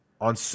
On